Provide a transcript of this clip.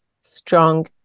strong